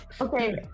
Okay